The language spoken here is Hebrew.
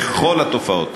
בכל התופעות.